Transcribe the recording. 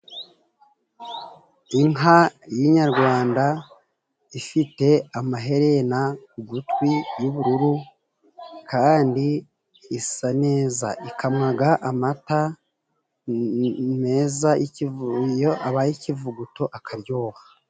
Inka y'inyarwanda ifite amaherena ku gutwi y'ubururu, kandi isa neza. Ikamwa amata meza. Iyo abaye ikivuguto akaryoha.